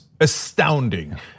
astounding